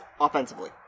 offensively